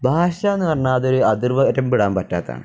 ഭാഷ എന്നു പറഞ്ഞാല് അതൊരു അതിര്വരമ്പിടാൻ പറ്റാത്തതാണ്